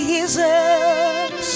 Jesus